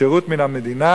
שירות מן המדינה,